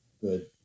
good